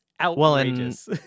outrageous